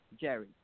Jerry